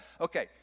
Okay